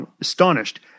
astonished